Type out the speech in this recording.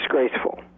disgraceful